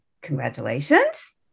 Congratulations